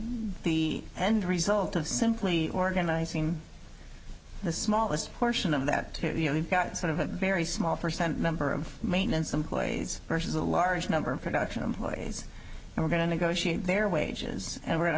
the end result of simply organizing the smallest portion of that you've got sort of a very small percent number of maintenance employees versus a large number of production employees and we're going to negotiate their wages and we're going